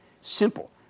Simple